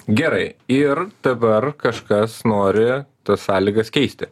gerai ir dabar kažkas nori tas sąlygas keisti